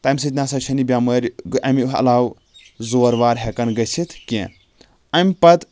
تَمہِ سۭتۍ نہ ہسا چھنہٕ یہِ بٮ۪مٲرۍ اَمہِ علاوٕ زور وار ہٮ۪کان گٔژھِتھ کیٚنٛہہ اَمہِ پَتہٕ ییٚلہِ